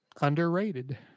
underrated